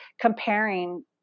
comparing